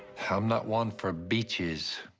i'm not one for beaches.